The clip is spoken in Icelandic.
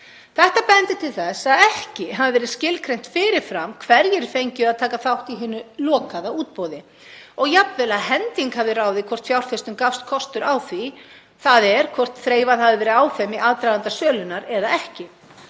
Þetta bendir til þess að ekki hafi verið skilgreint fyrir fram hverjir fengju að taka þátt í hinu lokaða útboði og jafnvel að hending hafi ráðið hvort fjárfestum gafst kostur á því, þ.e. hvort þreifað hefði verið á þeim í aðdraganda sölunnar eða ekki.